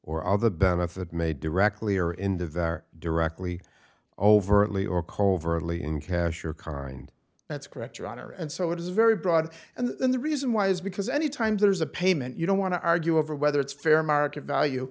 all the benefit may directly or in the very directly overtly or covertly in cash or car and that's correct your honor and so it is very broad and the reason why is because anytime there's a payment you don't want to argue over whether it's fair market value